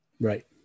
right